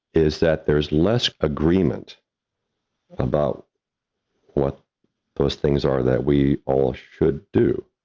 is that there's less agreement about what those things are that we all should do.